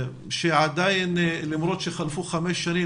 שעדיין למרות שחלפו חמש שנים,